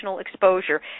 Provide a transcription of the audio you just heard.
exposure